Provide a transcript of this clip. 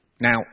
Now